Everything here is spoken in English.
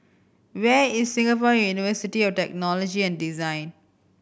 where is Singapore University of Technology and Design